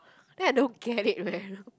then I don't get it man